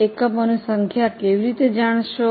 એકમોની સંખ્યા કેવી રીતે જાણશો